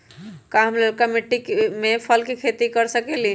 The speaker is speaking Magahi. का हम लालका मिट्टी में फल के खेती कर सकेली?